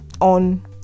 on